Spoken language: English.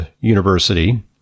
University